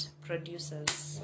producers